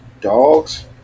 Dogs